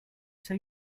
say